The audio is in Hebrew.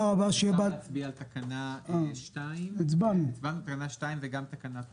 אפשר להצביע על תקנה 2 וגם תקנת התחילה.